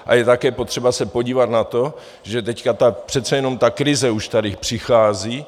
A je také potřeba se podívat na to, že teď přece jenom ta krize už tady přichází.